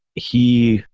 he,